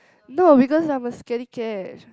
no because I'm a scared cat